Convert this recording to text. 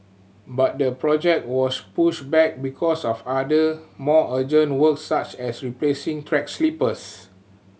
but the project was pushed back because of other more urgent works such as replacing track sleepers